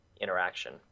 interaction